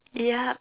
yup